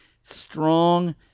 strong